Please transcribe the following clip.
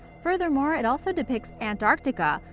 furthermore, it also depicts antarctica,